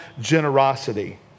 generosity